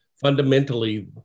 fundamentally